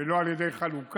ולא על ידי חלוקה.